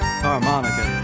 harmonica